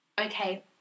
okay